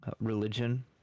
religion